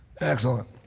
Excellent